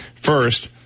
First